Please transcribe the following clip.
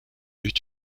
eut